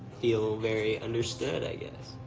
feel very understood, i guess.